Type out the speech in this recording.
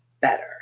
better